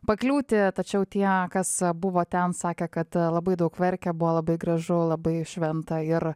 pakliūti tačiau tie kas buvo ten sakė kad labai daug verkia buvo labai gražu labai šventa ir